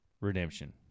Redemption